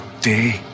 day